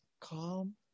Calm